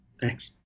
Thanks